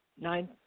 nine